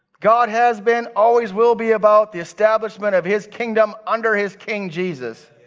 god has been, always will be about the establishment of his kingdom under his king jesus.